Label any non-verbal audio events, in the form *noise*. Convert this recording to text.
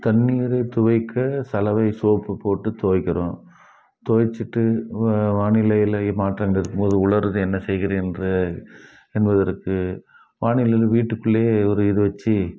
தண்ணீரைத் துவைக்க சலவை சோப்பு போட்டு துவைக்கிறோம் துவைச்சுட்டு வானிலையில் மாற்றம் இருக்கும் போது உலர என்ன செய்கிறேன் என்று என்பதற்கு *unintelligible* வீட்டுக்குள்ளையே ஒரு இது வச்சு